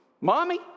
Mommy